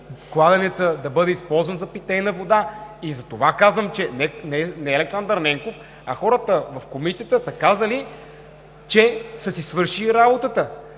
кладенецът да бъде използван за питейна вода. Затова казвам, че не Александър Ненков, а хората в Комисията са казали, че са си свършили работата.